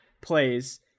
plays